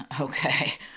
Okay